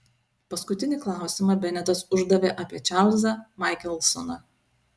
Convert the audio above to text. paskutinį klausimą benetas uždavė apie čarlzą maikelsoną